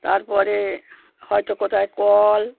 তার পরে হয়তো কোথায় কল